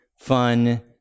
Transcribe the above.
fun